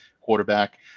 quarterback